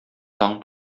таң